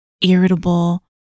irritable